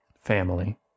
family